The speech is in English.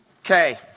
Okay